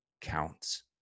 counts